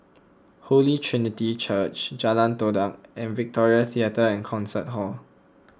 Holy Trinity Church Jalan Todak and Victoria theatre and Concert Hall